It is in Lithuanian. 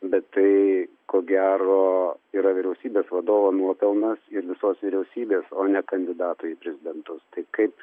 bet tai ko gero yra vyriausybės vadovo nuopelnas ir visos vyriausybės o ne kandidato į prezidentus tai kaip